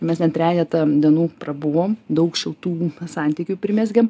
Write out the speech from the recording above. mes ten trejetą dienų prabuvom daug šiltų santykių primezgėm